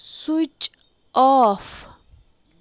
switch off